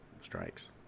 strikes